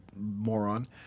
moron